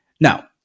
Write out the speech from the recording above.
Now